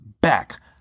back